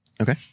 okay